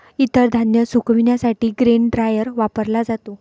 इतर धान्य सुकविण्यासाठी ग्रेन ड्रायर वापरला जातो